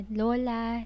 lola